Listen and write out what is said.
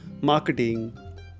marketing